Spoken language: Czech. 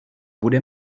bude